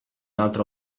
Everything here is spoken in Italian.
altro